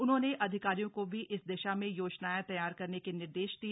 उन्होंने अधिकारियों को भी इस दिशा में योजनाएं तैयार करने के निर्देश दिए